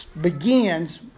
begins